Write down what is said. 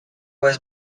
was